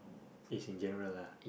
is in general lah